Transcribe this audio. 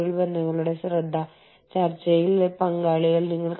പൂർണ്ണ ഉടമസ്ഥതയിലുള്ള സബ്സിഡിയറിയുടെ വിവിധ മാർഗങ്ങൾ